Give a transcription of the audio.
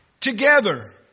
together